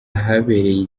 ahabereye